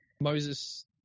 Moses